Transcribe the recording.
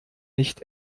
nicht